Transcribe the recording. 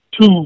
two